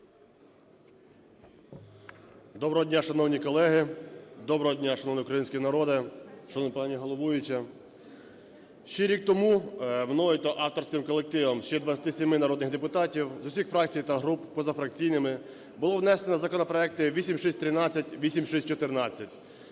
Доброго дня, шановні колеги! Доброго дня шановний український народе! Шановна пані головуюча! Ще рік тому мною та авторським колективом, ще 27-ми народних депутатів з усіх фракцій та груп, позафракційними, було внесено законопроекти 8613, 8614: